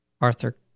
Arthur